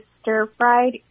stir-fried